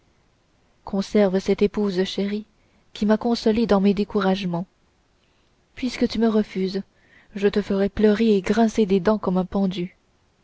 conserve cette épouse chérie qui m'a consolé dans mes découragements puisque tu me refuses je te ferai pleurer et grincer des dents comme un pendu